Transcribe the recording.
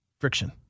Friction